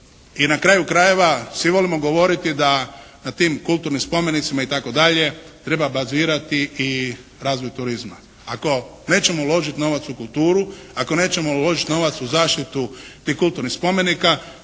i na kraju krajeva svi volimo govoriti da na tim kulturnim spomenicima itd. treba bazirati i razvoj turizma. Ako nećemo uložiti novac u kulturu, ako nećemo uložiti novac u zaštitu tih kulturnih spomenika,